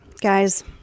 Guys